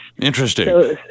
Interesting